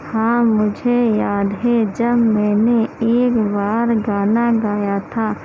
ہاں مجھے یاد ہے جب میں نے ایک بار گانا گایا تھا